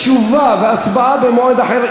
תשובה והצבעה במועד אחר.